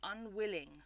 unwilling